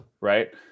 right